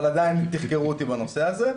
אבל עדיין תחקרו אותי בנושא הזה,